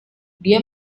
dia